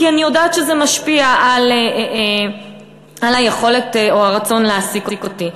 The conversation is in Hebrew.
כי אני יודעת שזה משפיע על היכולת או הרצון להעסיק אותי.